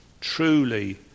truly